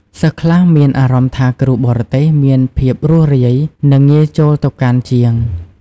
សិស្សខ្លះមានអារម្មណ៍ថាគ្រូបរទេសមានភាពរួសរាយ និងងាយចូលទៅកាន់ជាង។